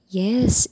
yes